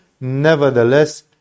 nevertheless